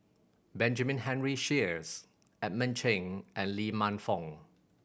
Benjamin Henry Sheares Edmund Cheng and Lee Man Fong